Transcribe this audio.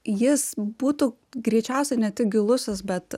jis būtų greičiausia ne tik gilusis bet